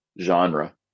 genre